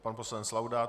Pan poslanec Laudát.